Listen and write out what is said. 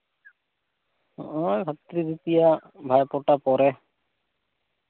ᱱᱚᱜᱼᱚᱭ ᱵᱷᱟᱛᱨᱤ ᱫᱤᱛᱤᱭᱟ ᱵᱷᱟᱭᱯᱷᱳᱴᱟ ᱯᱚᱨᱮ